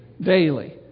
daily